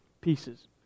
pieces